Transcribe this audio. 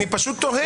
אני פשוט תוהה.